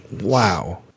Wow